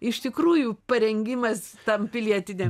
iš tikrųjų parengimas tam pilietiniam